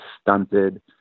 stunted